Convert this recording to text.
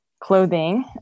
clothing